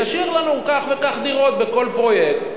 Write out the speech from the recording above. ישאיר לנו כך וכך דירות בכל פרויקט.